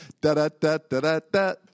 da-da-da-da-da-da